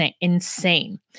Insane